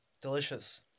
delicious